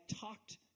talked